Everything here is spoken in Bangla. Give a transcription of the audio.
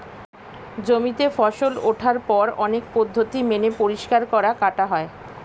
জমিতে ফসল ওঠার পর অনেক পদ্ধতি মেনে পরিষ্কার করা, কাটা হয়